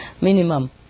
minimum